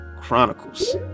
Chronicles